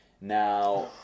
Now